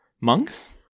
Monks